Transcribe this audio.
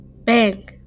bang